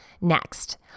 Next